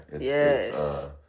Yes